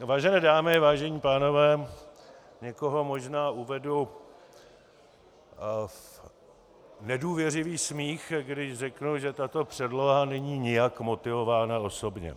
Vážené dámy, vážení pánové, někoho možná uvedu v nedůvěřivý smích, když řeknu, že tato předloha není nijak motivována osobně.